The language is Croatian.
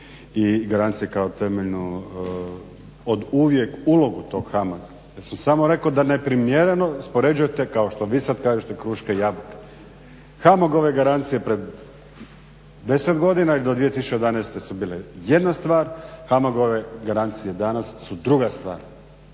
i garancije kao temeljnu uvijek ulogu tog HAMAG-a. Ja sam samo rekao da neprimjereno uspoređujete kao što vi sad kažete kruške i jabuke. HAMAG-ove garancije pred 10 godina ili do 2011. su bile jedna stvar, HAMAG-ove garancije danas su druga stvar.